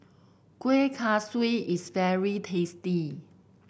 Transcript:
Kueh Kaswi is very tasty